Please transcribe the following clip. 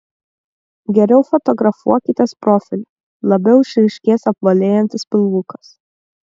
geriau fotografuokitės profiliu labiau išryškės apvalėjantis pilvukas